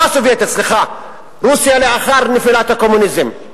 לא הסובייטית, סליחה, רוסיה לאחר נפילת הקומוניזם,